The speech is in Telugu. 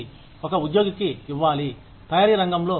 ఒక ఉద్యోగికి ఇవ్వాలి తయారీ రంగంలో ఎక్స్